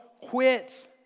quit